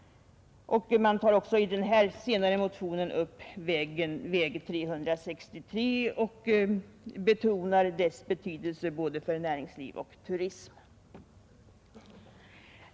Man tar också i den senare motionen upp väg nr 363 och betonar dess betydelse både för näringsliv och för turism.